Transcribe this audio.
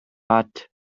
but